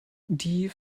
die